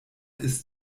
ist